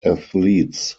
athletes